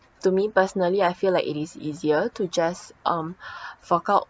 to me personally I feel like it is easier to just um fork out